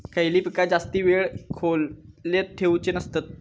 खयली पीका जास्त वेळ खोल्येत ठेवूचे नसतत?